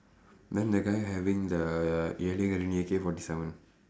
then the guy having the forty seven